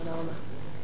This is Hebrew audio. תודה רבה.